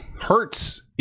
hurts